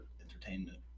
entertainment